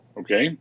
Okay